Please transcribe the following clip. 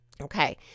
Okay